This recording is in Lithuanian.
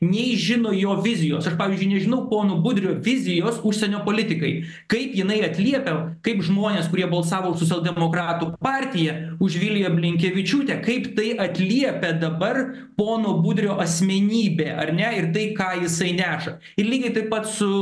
nei žino jo vizijos ir aš pavyzdžiui nežinau pono budrio vizijos užsienio politikai kaip jinai atliepia kaip žmonės kurie balsavo už socialdemokratų partija už viliją blinkevičiūtę kaip tai atliepia dabar pono budrio asmenybė ar ne ir tai ką jisai neša ir lygiai taip pat su